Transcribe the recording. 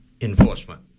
enforcement